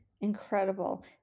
Incredible